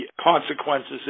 consequences